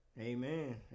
Amen